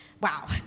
Wow